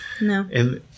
No